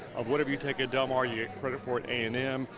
of whatever you take at del mar you get credit for at a and m,